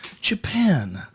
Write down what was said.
Japan